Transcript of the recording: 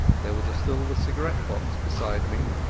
there was a silver cigarette-box beside me,